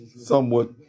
somewhat